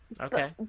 Okay